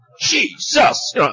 Jesus